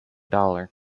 dollar